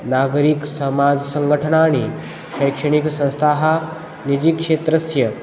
नागरीकसमाजसङ्घटनानि शैक्षणिकसंस्थाः निजक्षेत्रस्य